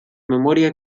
memoria